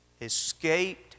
escaped